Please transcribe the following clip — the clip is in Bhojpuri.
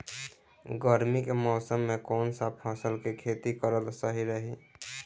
गर्मी के मौषम मे कौन सा फसल के खेती करल सही रही?